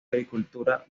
agricultura